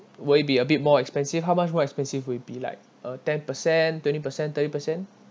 will it be a bit more expensive how much more expensive will be like uh ten percent twenty percent thirty percent